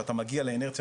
שאתה מגיע לאינרציה,